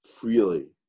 freely